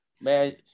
man